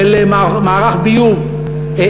של מערך ביוב,